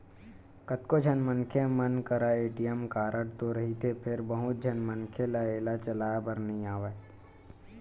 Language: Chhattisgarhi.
कतको झन मनखे मन करा ए.टी.एम कारड तो रहिथे फेर बहुत झन मनखे ल एला चलाए बर नइ आवय